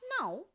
Now